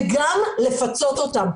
וגם לפצות אותם.